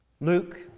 Luke